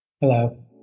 Hello